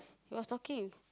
he was talking